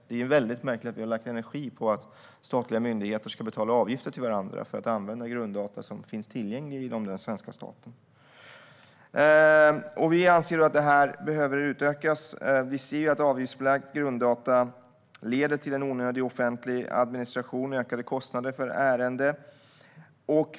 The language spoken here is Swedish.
Det är väldigt märkligt att vi har lagt energi på att statliga myndigheter ska betala avgifter till varandra för att använda grunddata som finns tillgängliga inom den svenska staten. Vi anser att det här behöver utökas. Vi ser att avgiftsbelagda grunddata leder till en onödig offentlig administration och ökade kostnader för ärenden.